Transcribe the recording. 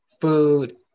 food